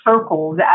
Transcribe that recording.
circles